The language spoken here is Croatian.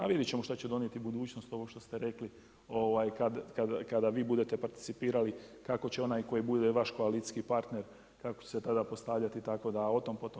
A vidjet ćemo šta će donijeti budućnost ovo što ste rekli kada vi budete participirali, kako će onaj koji bude vaš koalicijski partner kako će se tada postavljati, tako da o tom, po tom.